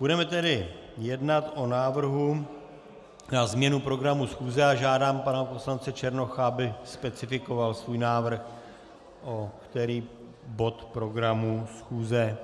Budeme tedy jednat o návrhu na změnu programu schůze a žádám pana poslance Černocha, aby specifikoval svůj návrh, o který bod programu schůze